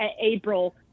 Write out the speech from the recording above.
april